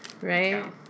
Right